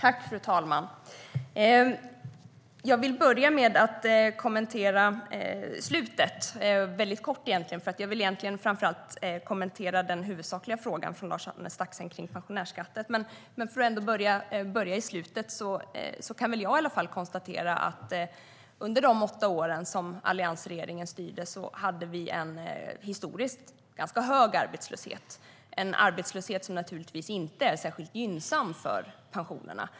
Fru talman! Jag vill börja med att kommentera slutet väldigt kort, för jag vill framför allt kommentera den huvudsakliga frågan om pensionärsskatten från Lars-Arne Staxäng. Jag kan konstatera att under de åtta år som alliansregeringen styrde hade vi en historiskt sett ganska hög arbetslöshet, en arbetslöshet som naturligtvis inte är särskilt gynnsam för pensionerna.